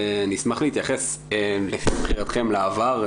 אני אשמח להתייחס לפי בחירתכם לעבר,